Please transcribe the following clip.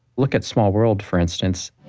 look at small world for instance